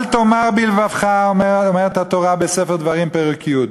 "אל תאמר בלבבך", אומרת התורה בספר דברים, פרק ט',